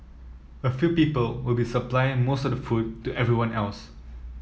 a few people will be supplying most of the food to everyone else